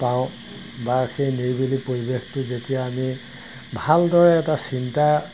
পাওঁ বা সেই নিৰিবিলি পৰিৱেশটো যেতিয়া আমি ভালদৰে এটা চিন্তা